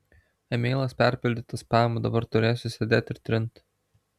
emailas perpildytas spamu dabar turėsiu sėdėt ir trint